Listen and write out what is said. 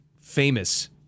famous